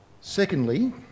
Secondly